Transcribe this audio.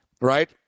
right